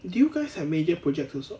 do you guys have major projects also